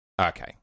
Okay